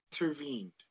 intervened